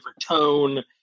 tone